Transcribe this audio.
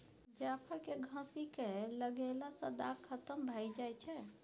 जाफर केँ घसि कय लगएला सँ दाग खतम भए जाई छै